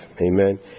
Amen